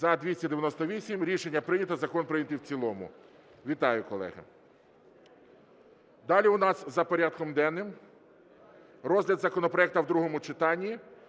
За-298 Рішення прийнято. Закон прийнятий в цілому. Вітаю, колеги. Далі у нас за порядком денним розгляд законопроекту в другому читанні